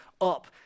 up